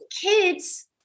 kids